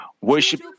worship